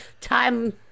time